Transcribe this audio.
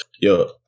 Yo